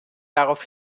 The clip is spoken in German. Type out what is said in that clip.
darauf